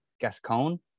Gascon